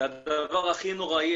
זה הדבר הכי נוראי,